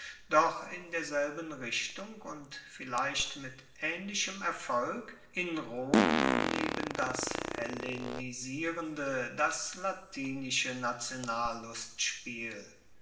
doch in derselben richtung und vielleicht mit aehnlichem erfolg in rom neben das hellenisierende das latinische